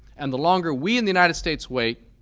and the longer we in the united states wait,